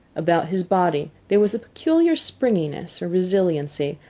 about his body there was a peculiar springiness, or resiliency,